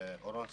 אורון שמחה,